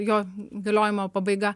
jo galiojimo pabaiga